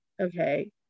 Okay